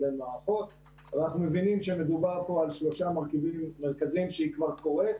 אנחנו מבינים שמדובר פה על שלושה מרכיבים מרכזיים כשהיא כבר קורית: